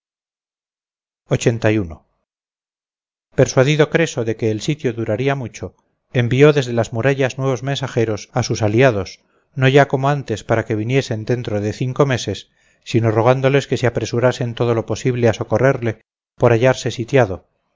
persuadido creso de que el sitio duraría mucho envió desde las murallas nuevos mensajeros a sus aliados no ya como antes para que viniesen dentro de cinco meses sino rogándoles se apresurasen todo lo posible a socorrerle por hallarse sitiado